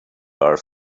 are